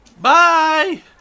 Bye